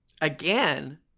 Again